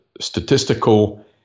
statistical